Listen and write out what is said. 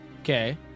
Okay